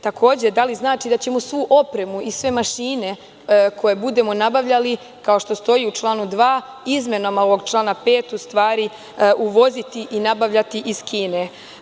Takođe, da li znači da ćemo svu opremu i sve mašine koje budemo nabavljali, kao što stoji u članu 2. izmenama ovog člana 5. u stvari uvoziti i nabavljati iz Kine?